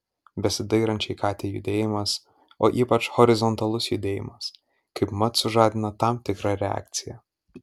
besidairančiai katei judėjimas o ypač horizontalus judėjimas kaipmat sužadina tam tikrą reakciją